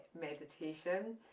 meditation